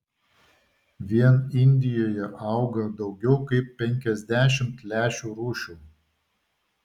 vien indijoje auga daugiau kaip penkiasdešimt lęšių rūšių